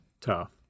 tough